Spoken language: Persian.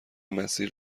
مسیر